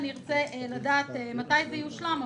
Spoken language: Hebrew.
ארצה לדעת מתי זה יושלם,